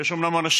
יש אומנם אנשים